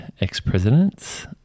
ex-presidents